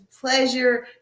pleasure